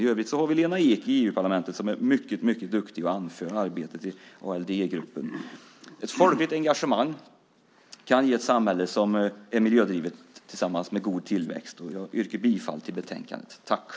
I övrigt har vi Lena Ek i EU-parlamentet som är mycket duktig och anför arbetet i ALDE-gruppen. Ett folkligt engagemang kan ge ett samhälle som är miljödrivet tillsammans med god tillväxt. Jag yrkar bifall till förslagen i betänkandet.